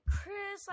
Chris